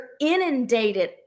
inundated